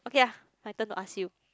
okay lah my turn to ask you